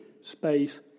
space